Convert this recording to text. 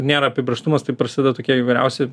nėra apibrėžtumas tai prasideda tokie įvairiausi